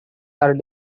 are